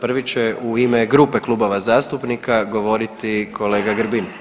Prvi će u ime grupe klubova zastupnika govoriti kolega Grbin.